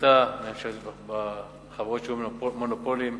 ושלטה בחברות שהיו מונופולים.